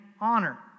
honor